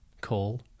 call